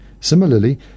Similarly